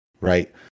right